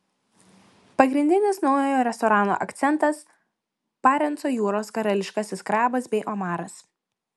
pagrindinis naujojo restorano akcentas barenco jūros karališkasis krabas bei omaras